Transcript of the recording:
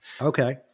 Okay